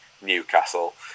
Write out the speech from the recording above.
Newcastle